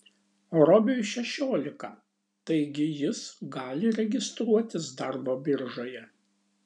robiui šešiolika taigi jis gali registruotis darbo biržoje